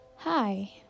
Hi